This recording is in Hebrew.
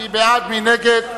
מי נגד?